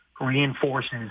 reinforces